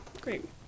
Great